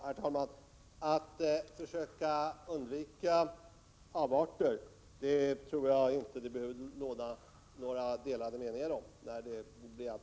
Herr talman! När det gäller viljan att försöka undvika alltför extrema avarter tror jag inte att det behöver råda några delade meningar.